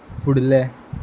फुडलें